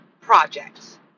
projects